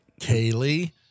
Kaylee